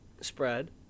spread